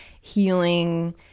healing